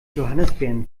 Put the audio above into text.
johannisbeeren